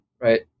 right